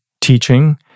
teaching